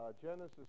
Genesis